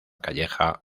calleja